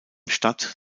stadt